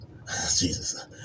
Jesus